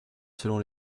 selon